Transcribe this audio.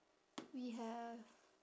we have